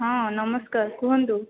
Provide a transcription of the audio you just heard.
ହଁ ନମସ୍କାର କୁହନ୍ତୁ